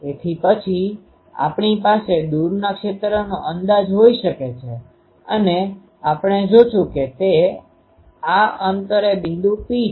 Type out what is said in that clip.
તેથી પછી આપણી પાસે દૂરના ક્ષેત્રનો અંદાજ હોઈ શકે છે અને આપણે જોશું કે આ અંતરે બિંદુ P છે